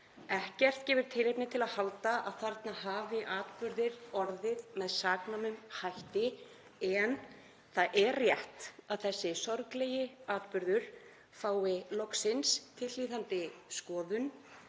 Ekkert gefur tilefni til að halda að þarna hafi atburðir orðið með saknæmum hætti en það er rétt að þessi sorglegi atburður fái loksins tilhlýðandi skoðun